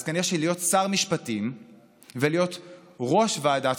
אז כנראה שלהיות שר משפטים ולהיות ראש ועדת